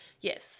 yes